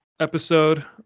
Episode